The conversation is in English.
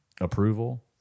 approval